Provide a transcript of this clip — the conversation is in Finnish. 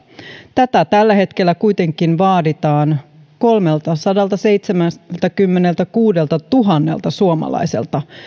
tätä tällä hetkellä kuitenkin vaaditaan kolmeltasadaltaseitsemältäkymmeneltäkuudeltatuhannelta suomalaiselta